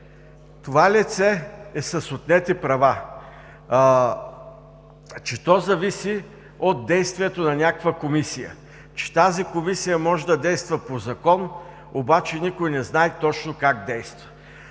това лице е с отнети права, че то зависи от действието на някаква комисия, че тази Комисия може да действа по закон, обаче никой не знае точно как действа.